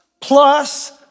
plus